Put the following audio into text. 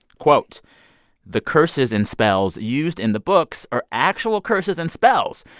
quote the curses and spells used in the books are actual curses and spells,